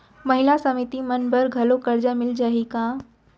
महिला समिति मन बर घलो करजा मिले जाही का?